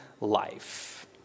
life